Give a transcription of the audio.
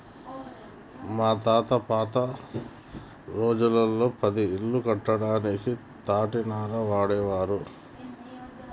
మా తాత పాత రోజుల్లో పది ఇల్లు కట్టడానికి తాటినార వాడేవారు